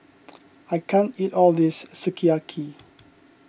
I can't eat all this Sukiyaki